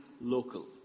local